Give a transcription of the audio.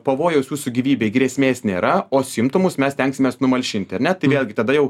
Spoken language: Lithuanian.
pavojaus jūsų gyvybei grėsmės nėra o simptomus mes stengsimės numalšinti ar ne tai vėlgi tada jau